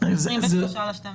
23 בדצמבר.